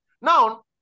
Now